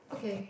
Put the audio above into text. okay